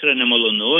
tai yra nemalonu